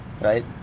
right